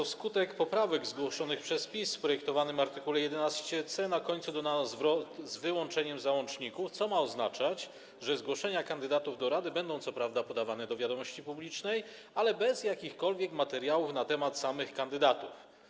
Wskutek poprawek zgłoszonych przez PiS w projektowanym art. 11c, na końcu, dodano zwrot „z wyłączeniem załączników”, co ma oznaczać, że zgłoszenia kandydatów do rady będą co prawda podawane do wiadomości publicznej, ale bez jakichkolwiek materiałów na temat samych kandydatów.